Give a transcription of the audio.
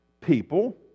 people